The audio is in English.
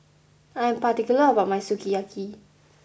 I am particular about my Sukiyaki